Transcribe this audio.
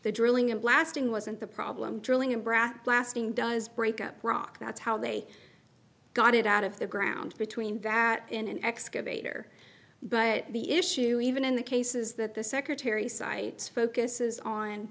the drilling and blasting wasn't the problem drilling a brac blasting does break up rock that's how they got it out of the ground between that in an excavator but the issue even in the cases that the secretary cites focuses on